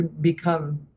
become